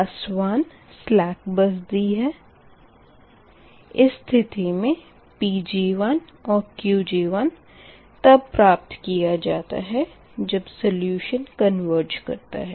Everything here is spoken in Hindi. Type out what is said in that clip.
बस 1 सलेक बस दी है इस स्थिति मे Pg1 और Qg1तब प्राप्त किया जाता है जब सल्यूशन कन्वरज करता है